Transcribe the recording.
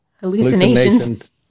hallucinations